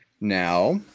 now